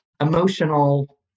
emotional